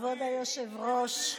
כבוד היושב-ראש,